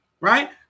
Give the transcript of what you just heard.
Right